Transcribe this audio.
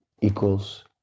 equals